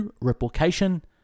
Replication